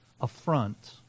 affront